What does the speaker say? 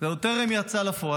ועוד טרם יצא לפועל.